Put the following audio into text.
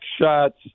shots